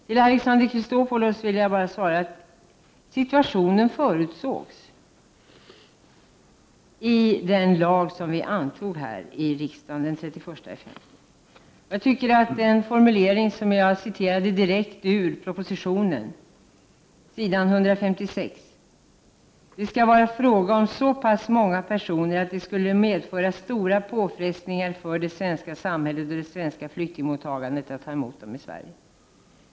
Till Alexander Chrisopoulos vill jag säga att denna situation förutsågs i den lag som riksdagen antog den 31 maj. Jag läste tidigare upp vad som stod i propositionen på s. 156, nämligen att det skall vara fråga om så pass många personer att det skulle medföra stora påfrestningar för det svenska samhället och det svenska flyktingmottagandet att ta emot dem i Sverige.